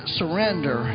surrender